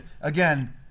again